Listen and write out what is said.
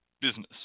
business